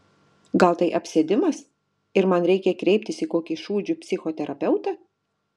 gal tai apsėdimas ir man reikia kreiptis į kokį šūdžių psichoterapeutą